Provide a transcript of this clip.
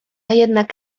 jednak